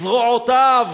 זרועותיו